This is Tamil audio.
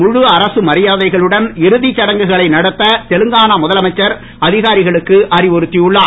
முழு அரசு மரியாதைகளுடன் இறுதிச் சடங்குகளை நடத்த தெலுங்கான முதலமைச்சர் அதிகாரிகளுக்கு அறிவுறுத்தியுள்ளார்